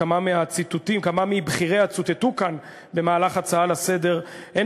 שכמה מבכיריה צוטטו כאן במהלך ההצעות לסדר-היום,